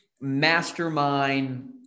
mastermind